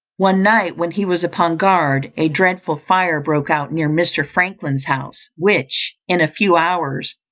one night when he was upon guard, a dreadful fire broke out near mr. franklin's house, which, in a few hours,